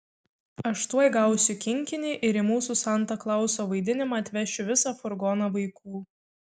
aš tuoj gausiu kinkinį ir į mūsų santa klauso vaidinimą atvešiu visą furgoną vaikų